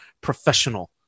professional